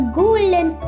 golden